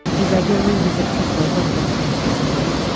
he regularly visits his local headspace for support,